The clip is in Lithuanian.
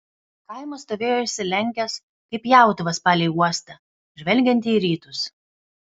kaimas stovėjo išsilenkęs kaip pjautuvas palei uostą žvelgiantį į rytus